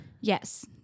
Yes